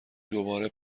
دوباره